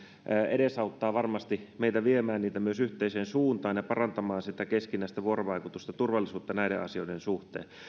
edesauttaa varmasti meitä viemään niitä myös yhteiseen suuntaan ja parantamaan sitä keskinäistä vuorovaikutusta ja turvallisuutta näiden asioiden suhteen